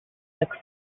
took